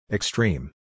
Extreme